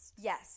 Yes